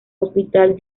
hospital